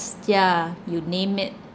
ya you name it